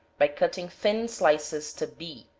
by cutting thin slices to b.